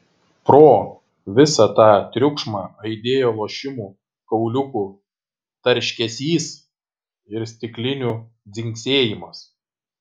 pro visą tą triukšmą aidėjo lošimo kauliukų tarškesys ir stiklinių dzingsėjimas